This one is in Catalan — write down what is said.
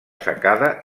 secada